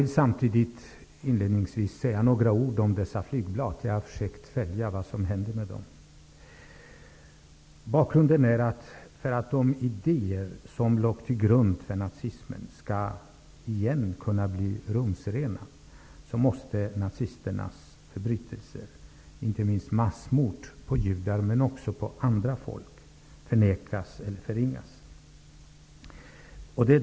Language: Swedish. Inledningsvis vill jag säga några ord om flygbladen. Jag har försökt följa vad som händer med dem. Bakgrunden är att, för att de idéer som låg till grund för nazismen skall kunna bli rumsrena igen, måste nazisternas förbrytelser, inte minst massmord på judar och på andra folk, förnekas eller förringas.